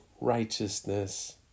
righteousness